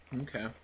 okay